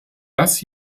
das